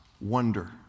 wonder